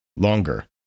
longer